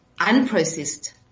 unprocessed